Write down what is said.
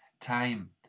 time